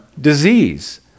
disease